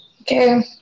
Okay